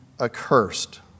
accursed